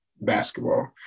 basketball